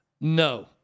No